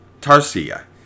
Tarsia